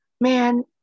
man